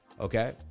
Okay